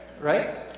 right